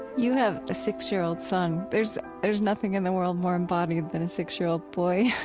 you have a six-year-old son. there's there's nothing in the world more embodied than a six-year-old boy.